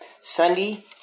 Sunday